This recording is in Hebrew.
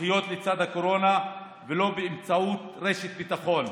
לחיות לצד הקורונה, ולא באמצעות רשת ביטחון.